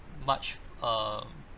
much um